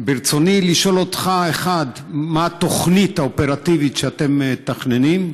ברצוני לשאול אותך: מה התוכנית האופרטיבית שאתם מתכננים?